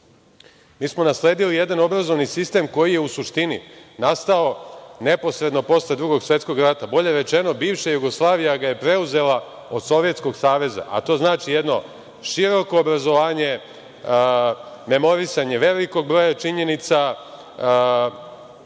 mi smo nasledili jedan obrazovni sistem koji je, u suštini, nastao neposredno posle Drugog svetskog rata, bolje rečeno bivša Jugoslavija ga je preuzela od Sovjetskog Saveza, a to znači jedno široko obrazovanje, memorisanje velikog broja činjenica,